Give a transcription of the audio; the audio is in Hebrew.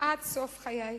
עד סוף חיי.